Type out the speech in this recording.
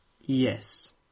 Yes